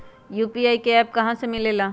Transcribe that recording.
UPI का app कहा से मिलेला?